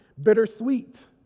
Bittersweet